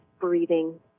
breathing